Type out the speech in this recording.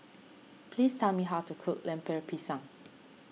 please tell me how to cook Lemper Pisang